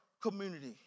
community